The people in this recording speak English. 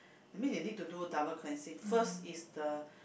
that means you need to do double cleansing first is the